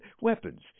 weapons